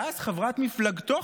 ואז חברת מפלגתו,